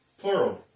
plural